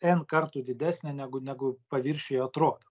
n kartų didesnė negu negu paviršiuje atrodo